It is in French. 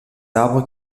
arbres